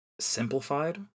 simplified